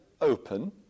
open